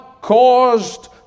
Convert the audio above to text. caused